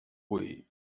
oui